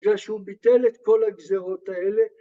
‫כשהוא ביטל את כל הגזרות האלה.